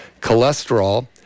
Cholesterol